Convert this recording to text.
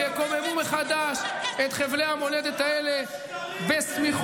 בביטחון ויקוממו מחדש את חבלי המולדת האלה בסמיכות